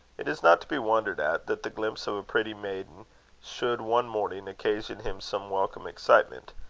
it is not to be wondered at, that the glimpse of a pretty maiden should, one morning, occasion him some welcome excitement.